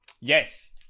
Yes